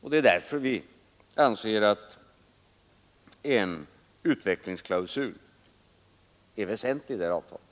och det är därför vi anser att en utvecklingsklausul är v ntlig i det här avtalet.